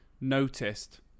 noticed